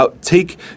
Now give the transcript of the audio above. take